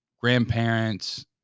grandparents